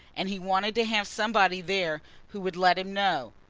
and he wanted to have somebody there who would let him know.